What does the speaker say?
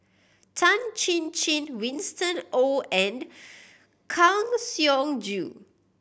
Tan Chin Chin Winston Oh and Kang Siong Joo